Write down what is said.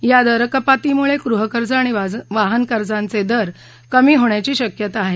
या दरकपातीमुळे गृहकर्ज आणि वाहन कर्जांचे दर कमी होण्याची शक्यता आहे